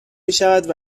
میشود